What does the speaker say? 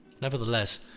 Nevertheless